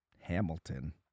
Hamilton